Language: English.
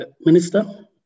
Minister